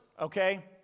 okay